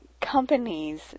companies